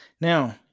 Now